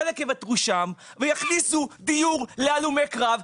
חלק יוותרו שם ויכניסו דיור להלומי קרב ,